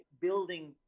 building